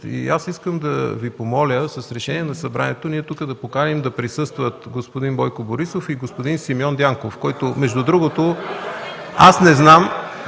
и аз искам да Ви помоля с решение на Събранието ние да поканим тук да присъстват господин Бойко Борисов и господин Дянков (оживление), който, между другото, аз не знам